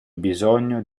bisogno